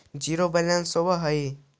Zero balance का होव हइ?